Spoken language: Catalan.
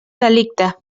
delicte